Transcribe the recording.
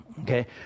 Okay